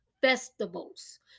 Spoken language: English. festivals